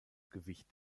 gewicht